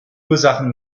ursachen